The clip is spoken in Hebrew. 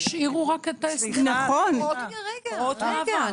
תשאירו רק הוראות מעבר.